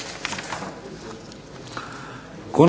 Hvala vam